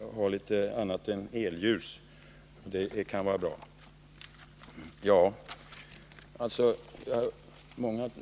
annan belysning än elljus, och det kan ju också vara bra.